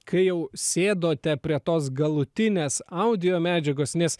kai jau sėdote prie tos galutinės audio medžiagos nes